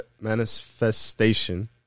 manifestation